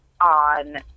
on